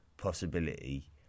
possibility